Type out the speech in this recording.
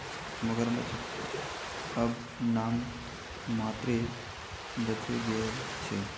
मगरमच्छ त अब नाम मात्रेर बचे गेल छ